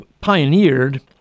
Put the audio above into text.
pioneered